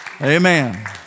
Amen